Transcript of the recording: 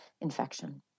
infection